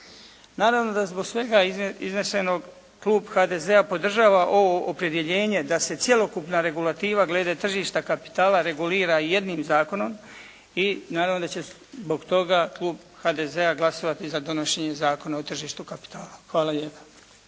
Naravno da zbog svega iznesenog klub HDZ-a podržava ovo opredjeljenje da se cjelokupna regulativa glede tržišta kapitala regulira jedim zakonom, i naravno da će zbog toga klub HDZ-a glasovati za donošenje Zakona o tržištu kapitala. Hvala lijepa.